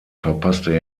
verpasste